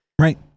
right